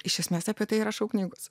iš esmės apie tai ir rašau knygose